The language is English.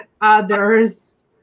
others